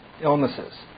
illnesses